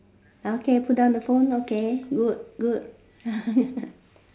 okay put down the phone okay good good